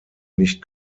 nicht